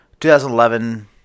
2011